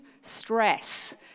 stress